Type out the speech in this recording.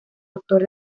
actor